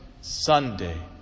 Sunday